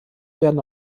werden